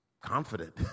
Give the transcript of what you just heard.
confident